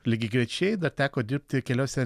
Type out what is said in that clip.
lygiagrečiai teko dirbti keliose